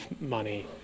money